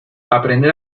aprender